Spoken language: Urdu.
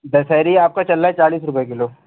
دشیری آپ کو چل رہا ہے چالیس روپے کلو